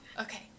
Okay